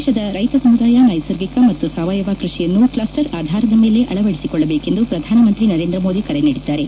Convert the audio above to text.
ದೇಶದ ರೈತ ಸಮುದಾಯ ನ್ಯೆಸರ್ಗಿಕ ಮತ್ತು ಸಾವಯವ ಕ್ಯಷಿಯನ್ನು ಕ್ಷಸ್ಟರ್ ಆಧಾರದ ಮೇಲೆ ಅಳವಡಿಸಿಕೊಳ್ಳಬೇಕೆಂದು ಪ್ರಧಾನಮಂತ್ರಿ ನರೇಂದ್ರ ಮೋದಿ ಕರೆ ನೀಡಿದ್ದಾರೆ